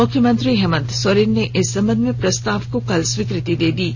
मुख्यमंत्री हेंमत सोरेन ने इस संबंध में प्रस्ताव को कल स्वीकृति दे दी है